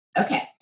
Okay